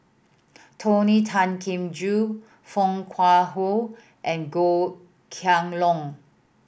Tony Tan Keng Joo Foo Kwee Horng and Goh Kheng Long